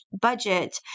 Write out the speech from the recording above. budget